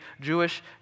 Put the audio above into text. Jewish